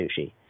sushi